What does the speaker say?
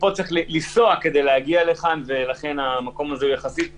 מפה צריך לנסוע כדי להגיע לכאן ולכן המקום הזה הוא יחסית מבודד.